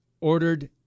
ordered